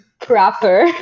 Proper